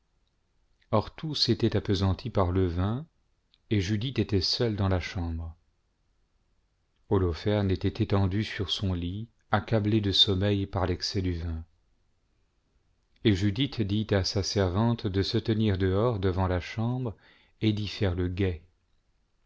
tous étaient appesantis par le vin et judith était seule dans la chambre au fer était étendu sur son lit accablé de sommeil par l'excès du vin et judith dit à sa servante de se tenir dehors devant la chambre et d'y faire le guet